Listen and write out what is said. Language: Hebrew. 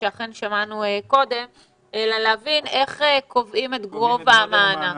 שאכן שמענו קודם אלא להבין איך קובעים את גובה המענק.